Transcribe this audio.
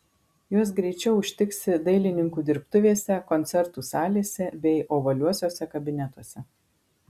juos greičiau užtiksi dailininkų dirbtuvėse koncertų salėse bei ovaliuosiuose kabinetuose